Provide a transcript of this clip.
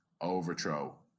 overthrow